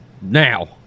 now